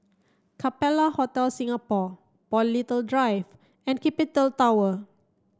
Capella Hotel Singapore Paul Little Drive and Capital Tower